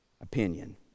opinion